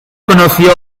conoció